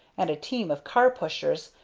and a team of car-pushers,